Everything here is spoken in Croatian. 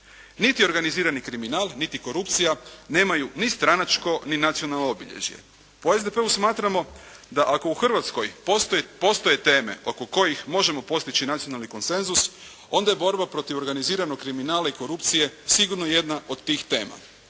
Niti organizirani kriminal, niti korupcija nemaju ni stranačko, ni nacionalno obilježje. Pa u SDP-u smatramo da ako u Hrvatskoj postoje teme oko kojih možemo postići nacionalni konsenzus, onda je borba protiv organiziranog kriminala i korupcije sigurno jedna od tih tema.